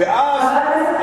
חבר הכנסת,